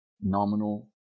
nominal